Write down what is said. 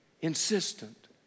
insistent